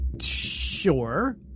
Sure